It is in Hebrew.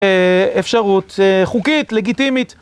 אפשרות חוקית, לגיטימית.